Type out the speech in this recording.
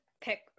pick